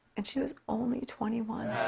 and she was only twenty one.